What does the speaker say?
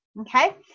okay